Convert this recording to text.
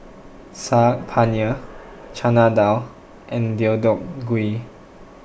Saag Paneer Chana Dal and Deodeok Gui